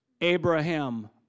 Abraham